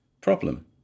problem